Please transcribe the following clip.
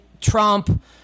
Trump